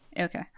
Okay